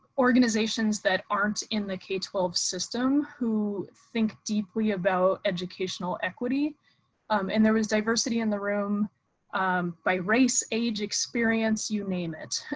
organizations that aren't in the k twelve system, who think deeply about educational equity um and there was diversity in the room by race, age, experience, you name it.